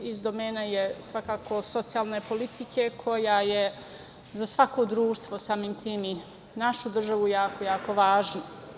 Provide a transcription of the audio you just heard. Iz domena je svakako socijalne politike koja je za svako društvo, samim tim i našu državu je jako važno.